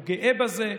הוא גאה בזה.